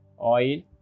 oil